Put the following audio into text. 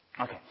Okay